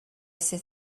sydd